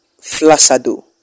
Flasado